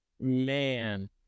Man